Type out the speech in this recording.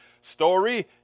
story